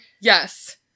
Yes